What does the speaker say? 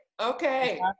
Okay